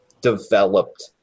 developed